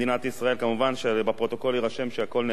כמובן שבפרוטוקול יירשם שהכול נאמר בציניות.